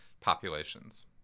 populations